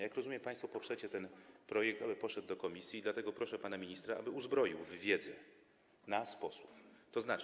Jak rozumiem, państwo poprzecie ten projekt, aby poszedł do komisji, i dlatego proszę pana ministra, aby uzbroił w wiedzę nas, posłów.